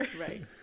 right